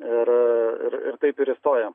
ir ir taip ir įstojo